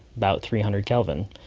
about three hundred kelvin.